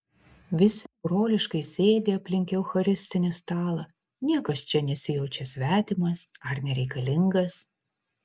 visi broliškai sėdi aplink eucharistinį stalą niekas čia nesijaučia svetimas ar nereikalingas